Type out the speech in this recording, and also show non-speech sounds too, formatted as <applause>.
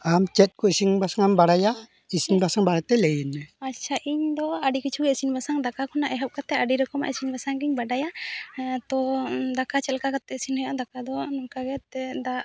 ᱟᱢ ᱪᱮᱫ ᱠᱚ ᱤᱥᱤᱱ ᱵᱟᱥᱟᱝ ᱮᱢ ᱵᱟᱲᱟᱭᱟ ᱤᱥᱤᱱ ᱵᱟᱥᱟᱝ ᱵᱟᱨᱮ ᱛᱮ ᱞᱟᱹᱭ ᱤᱧ ᱢᱮ ᱟᱪᱪᱷᱟ ᱤᱧ ᱫᱚ ᱟᱹᱰᱤ ᱠᱤᱪᱷᱩ ᱤᱥᱤᱱ ᱵᱟᱥᱟᱝ ᱫᱟᱠᱟ ᱠᱷᱚᱱᱟᱜ ᱮᱦᱚᱵ ᱠᱟᱛᱮ ᱟᱹᱰᱤ ᱨᱚᱠᱚᱢ ᱤᱥᱤᱱ ᱵᱟᱥᱟᱝ ᱜᱤᱧ ᱵᱟᱲᱟᱭᱟ ᱦᱮᱸ ᱛᱚ ᱫᱟᱠᱟ ᱪᱮᱫ ᱞᱮᱠᱟ ᱠᱟᱛᱮ ᱤᱥᱤᱱᱚᱜᱼᱟ ᱫᱟᱠᱟ ᱫᱚ ᱱᱚᱝᱠᱟ ᱠᱟᱛᱮ <unintelligible>